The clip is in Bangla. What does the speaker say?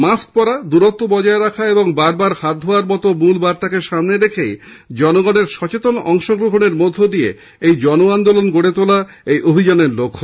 মাস্ক পরা দূরত্ব বজায় রাখা এবং বারবার হাত ধোয়ার মত মূল বার্তাকে সামনে রেখে জনগণের সচেতন অংশগ্রহণের মধ্য দিয়ে জন আন্দোলন গড়ে তোলা এই অভিযানের লক্ষ্য